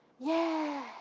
yeah.